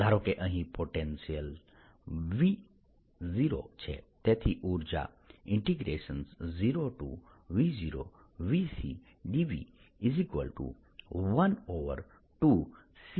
ધારો કે અહીં પોટેન્શિયલ V0 છે તેથી ઉર્જા 0V0V C dv12CV02 થશે